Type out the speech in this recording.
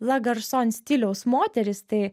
lagarson stiliaus moterys tai